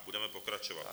Budeme pokračovat.